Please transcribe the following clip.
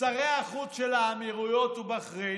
שרי החוץ של האמירויות ובחריין.